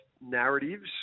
narratives